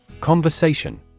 Conversation